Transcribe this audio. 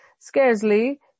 Scarcely